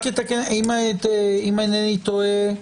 אם אינני טועה,